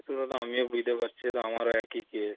সে দাদা আমিও বুঝতে পারছি দাদা আমারও একই কেস